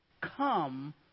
come